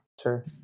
Sure